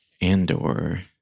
Andor